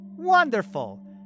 Wonderful